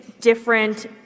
different